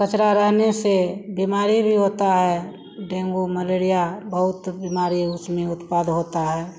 कचरा रहने से बीमारी भी होती है डेन्गू मलेरिया बहुत बीमारी उसमें उत्पाद होती है